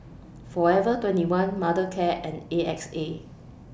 Forever twenty one Mothercare and A X A